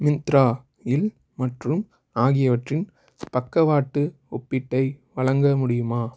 மிந்த்ரா இல் மற்றும் ஆகியவற்றின் பக்கவாட்டு ஒப்பீட்டை வழங்க முடியுமா